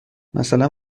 مثلا